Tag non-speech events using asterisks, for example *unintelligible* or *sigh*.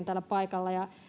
*unintelligible* täällä paikalla